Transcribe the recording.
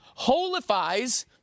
holifies